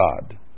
God